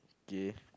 gay